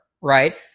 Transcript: right